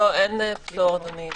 אין פטור, אדוני.